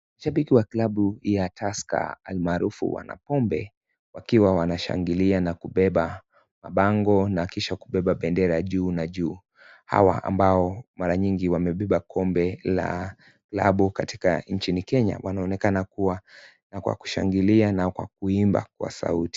Shabiki wa klabu ya Tuska almaarufu wanakombe wakiwa wanashangilia na kubeba mabango na kisha kubeba bendera juu na juu hawa ambao mara nyingi wamebeba kombe la klabu katika nchini Kenya wanaonekana kuwa na kwa kushangilia na kwa kuimba kwa sauti.